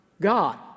God